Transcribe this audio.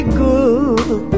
good